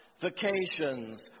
vacations